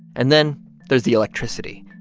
and then there's the electricity.